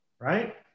Right